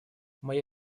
моя